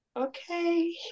Okay